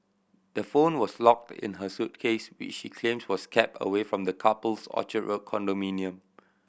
the phone was locked in her suitcase which she claims was kept away from the couple's Orchard Road condominium